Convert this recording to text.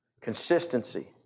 Consistency